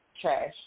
Trash